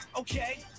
okay